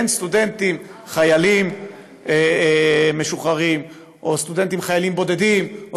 אין סטודנטים חיילים משוחררים או סטודנטים חיילים בודדים או